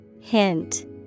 Hint